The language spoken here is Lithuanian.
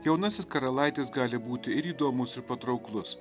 jaunasis karalaitis gali būti ir įdomus ir patrauklus